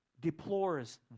deplores